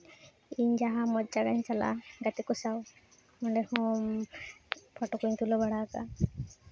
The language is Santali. ᱤᱧ ᱡᱟᱦᱟᱸ ᱢᱚᱡᱽ ᱡᱟᱭᱜᱟᱧ ᱪᱟᱞᱟᱜᱼᱟ ᱜᱟᱛᱮ ᱠᱚ ᱥᱟᱶ ᱚᱸᱰᱮᱦᱚᱸ ᱯᱷᱳᱴᱳ ᱠᱚᱧ ᱛᱩᱞᱟᱹ ᱵᱟᱲᱟ ᱠᱟᱜᱼᱟ